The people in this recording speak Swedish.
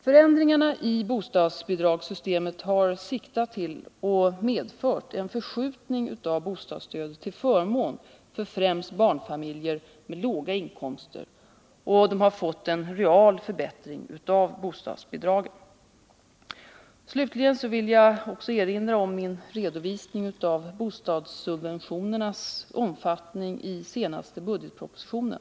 Förändringarna i bostadsbidragssystemet har siktat till och medfört en förskjutning av bostadsstödet till förmån för främst barnfamiljer med låga inkomster som fått en real förbättring av bostadsbidragen. Jag vill slutligen erinra om min redovisning av bostadssubventionernas omfattning isenaste budgetpropositionen (prop. 1978/79:100, bil.